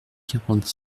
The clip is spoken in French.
quarante